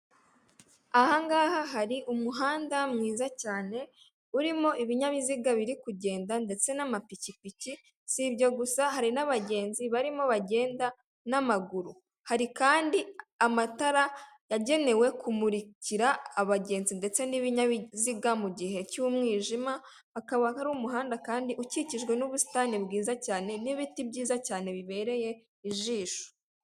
Ahangaha hari umuhanda mwiza cyane urimo ibinyabiziga biri kugenda ndetse n'amapikipiki si ibyo gusa hari n'abagenzi barimo bagenda n'amaguru. Hari kandi amatara yagenewe kumurikira abagenzi ndetse n'ibinyabiziga mu gihe cy'umwijima, akaba hari umuhanda kandi ukikijwe n'ubusitani bwiza cyane n'ibiti byiza cyane bibereye ijisho.